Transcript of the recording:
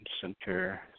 center